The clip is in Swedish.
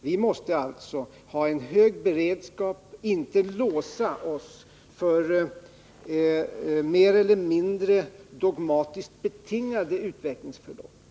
Vi måste alltså ha en hög beredskap och inte låsa oss för mer eller mindre dogmatiskt betingade utvecklingsförlopp.